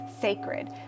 sacred